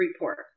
report